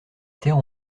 terre